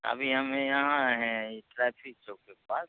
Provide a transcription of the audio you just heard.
अभी हम यहाँ हैं वह ट्राफिक चौक के पास